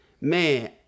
man